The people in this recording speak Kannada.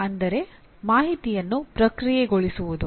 ಅಂದರೆ ಮಾಹಿತಿಯನ್ನು ಪ್ರಕ್ರಿಯೆಗೊಳಿಸುವುದು